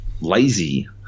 lazy